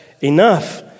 enough